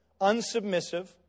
unsubmissive